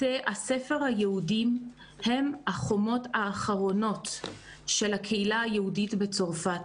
בתי הספר היהודיים הם החומות האחרונות של הקהילה היהודית בצרפת.